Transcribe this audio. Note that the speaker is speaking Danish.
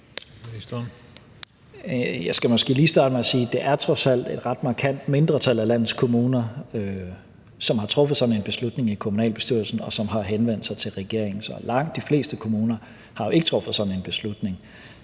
et ret markant mindretal af landets kommuner, som har truffet sådan en beslutning i kommunalbestyrelsen, og som har henvendt sig til regeringen. Så langt de fleste kommuner har jo ikke truffet sådan en beslutning.